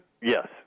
Yes